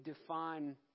define